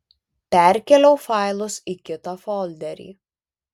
perkėliau failus į kitą folderį